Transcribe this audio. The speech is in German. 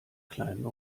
kleinen